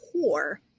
core